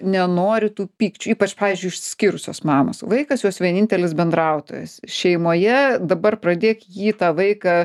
nenori tų pykčių ypač pavyžiui išsiskyrusios mamos vaikas jos vienintelis bendraautoris šeimoje dabar pradėk jį tą vaiką